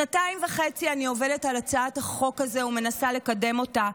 שנתיים וחצי אני עובדת על הצעת החוק הזו ומנסה לקדם אותה.